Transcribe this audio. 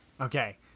okay